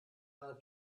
einer